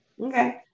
Okay